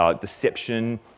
deception